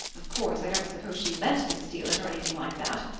of course, i don't suppose she meant to steal it or anything like that.